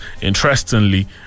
Interestingly